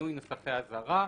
שינוי נוסחי אזהרה.